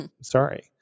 sorry